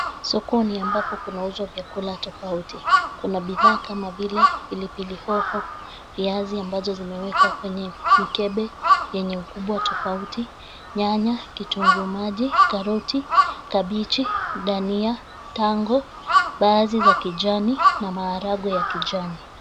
Sokoni ambapo kunauzwa vyakula tofauti. Kuna bidhaa kama vile; pilipili hoho, viazi ambazo zimewekwa kwenye mikebe yenye ukubwa tofauti, nyanya, kitunguu maji, karoti, kabichi, dhania, tango, mbaazi za kijani na maharagwe ya kijani.